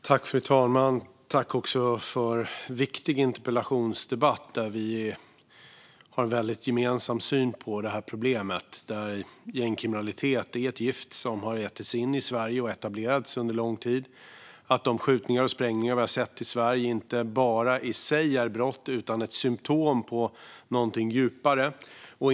Fru talman! Jag tackar för en viktig interpellationsdebatt där vi har en gemensam syn på problemet. Gängkriminalitet är ett gift som har ätit sig in i Sverige och etablerats under lång tid. Dessa skjutningar och sprängningar i Sverige är inte bara i sig brott utan också symtom på något djupare.